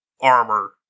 armor